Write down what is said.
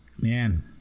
Man